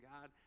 God